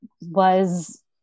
was-